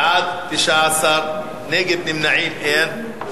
בעד, 19, נגד ונמנעים, אין.